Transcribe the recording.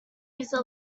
user